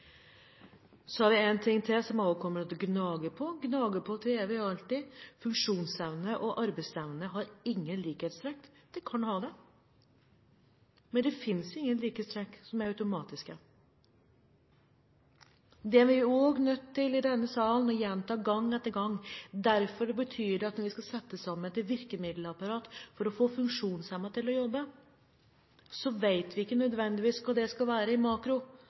Så er det en ting til som jeg også kommer til å gnage på – gnage på for evig og alltid: Funksjonsevne og arbeidsevne har ingen likhetstrekk. De kan ha det, men det fins ingen likhetstrekk som er automatiske. Det er vi også nødt til i denne sal å gjenta gang etter gang. Det betyr at når vi skal sette sammen et virkemiddelapparat for å få funksjonshemmede til å jobbe, vet vi ikke nødvendigvis hva det skal være i makro,